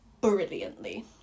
brilliantly